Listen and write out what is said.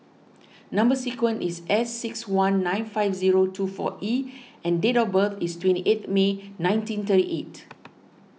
Number Sequence is S six one nine five zero two four E and date of birth is twenty eight May nineteen thirty eight